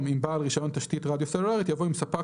"עם בעל רישיון תשתית רדיו סלולרית" יבוא "עם ספק